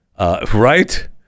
Right